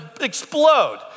explode